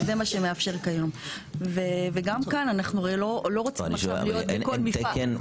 אנחנו לא רוצים להיות בכל מפעל.